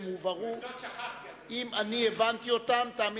לא לא לא, אני מגן עליך, אדוני סגן השר.